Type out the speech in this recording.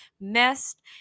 missed